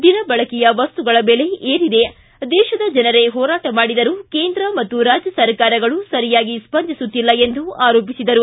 ದಿನಬಳಕೆಯ ವಸ್ತುಗಳ ಬೆಲೆ ಏರಿದೆ ದೇಶದ ಜನರೇ ಹೋರಾಟ ಮಾಡಿದರೂ ಕೇಂದ್ರ ಮತ್ತು ರಾಜ್ಯ ಸರ್ಕಾರಗಳು ಸರಿಯಾಗಿ ಸ್ವಂದಿಸುತ್ತಿಲ್ಲ ಎಂದು ಆರೋಪಿಸಿದರು